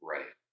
Right